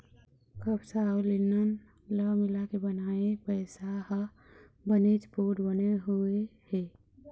कपसा अउ लिनन ल मिलाके बनाए पइसा ह बनेच पोठ बने हुए हे